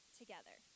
together